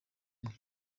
mwe